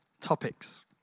topics